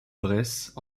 bresse